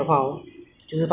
culture 在这里